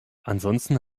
ansonsten